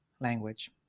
language